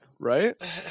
Right